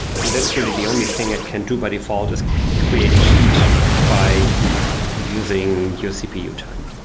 literally the only thing it can do by default is create heat by using your cpu time.